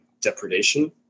depredation